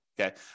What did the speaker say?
Okay